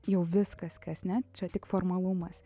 jau viskas kas ne čia tik formalumas